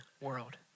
world